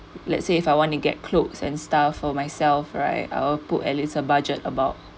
let's say if I want to get clothes and stuff for myself right I will put at least a budget about